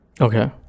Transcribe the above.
Okay